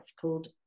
called